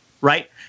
right